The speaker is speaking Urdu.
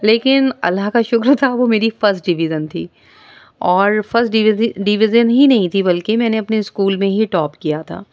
لیکن اللہ کا شکر تھا وہ میری فسٹ ڈویژن تھی اور فسٹ ڈویزی ڈویژن ہی نہیں تھی بالکہ میں نے اپنے اسکول میں ہی ٹاپ کیا تھا